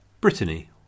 Brittany